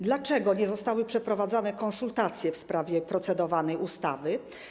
Dlaczego nie zostały przeprowadzone konsultacje w sprawie procedowanej ustawy?